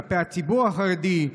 כלפי הציבור החרדי,